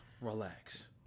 relax